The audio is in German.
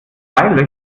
zwei